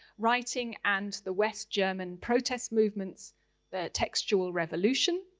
writing and the west german protest movements the textual revolution',